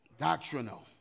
Doctrinal